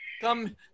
Come